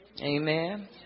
Amen